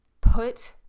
put